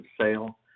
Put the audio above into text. sale